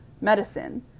medicine